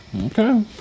Okay